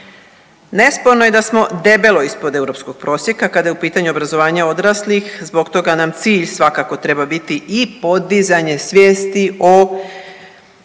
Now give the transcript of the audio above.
Nesporno je da smo debelo ispod europskog prosjeka kada je u pitanju obrazovanje odraslih zbog toga nam cilj svakako treba biti i podizanje svijesti o